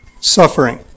suffering